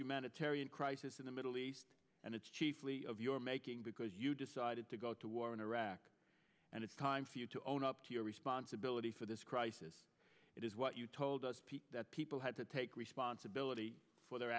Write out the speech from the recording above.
humanitarian crisis in the middle east and it's chiefly of your making because you decided to go to war in iraq and it's time for you to own up to your responsibility for this crisis it is what you told us that people had to take responsibility for their